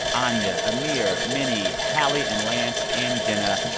anya, amir, minnie, hallie and lance and jenna.